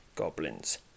goblins